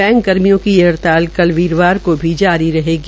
bank कर्मियों की यह हड़ताल कल वीरवार को भी जारी रहेगी